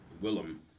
Willem